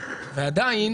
ועדיין